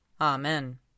Amen